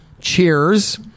Cheers